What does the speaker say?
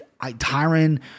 Tyron